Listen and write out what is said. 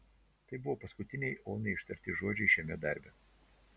tai buvo paskutiniai onai ištarti žodžiai šiame darbe